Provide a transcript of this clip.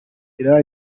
ivamo